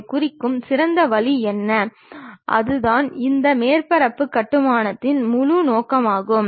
அதைக் குறிக்கும் சிறந்த வழி என்ன அதுதான் இந்த மேற்பரப்பு கட்டுமானத்தின் முழு நோக்கமாகும்